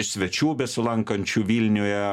svečių besilankančių vilniuje